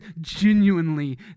genuinely